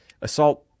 assault